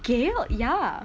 gill ya